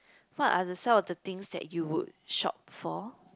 what are the some of the things that you would shop for